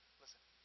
listen